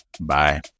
Bye